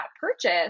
purchase